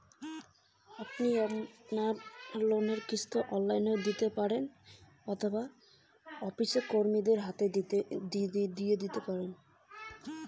আমি আমার লোনের কিস্তি অনলাইন দেবো না কোনো অফিসের কর্মীর হাতে দেবো?